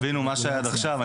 תבינו מה היה עד עכשיו,